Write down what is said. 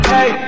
Hey